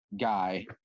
guy